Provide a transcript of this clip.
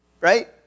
right